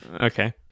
Okay